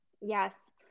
Yes